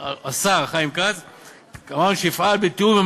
את לא יודעת.